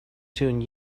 tune